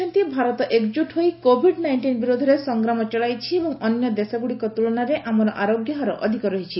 ଶ୍ରୀ ମୋଦି କହିଛନ୍ତି ଭାରତ ଏକଜୁଟ୍ ହୋଇ କୋଭିଡ୍ ନାଇଷ୍ଟିନ୍ ବିରୋଧରେ ସଂଗ୍ରାମ ଚଳାଇଛି ଏବଂ ଅନ୍ୟ ଦେଶଗୁଡ଼ିକ ତୁଳନାରେ ଆମର ଆରୋଗ୍ୟ ହାର ଅଧିକ ରହିଛି